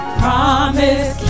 promise